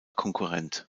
konkurrent